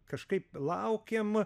kažkaip laukiam